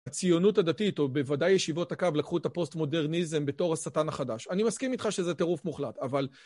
הציונות הדתית, או בוודאי ישיבות הקו לקחו את הפוסט מודרניזם בתור השטן החדש. אני מסכים איתך שזה טירוף מוחלט, אבל...